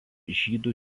žydų